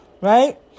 Right